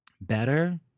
Better